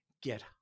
get